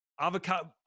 avocado